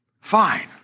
fine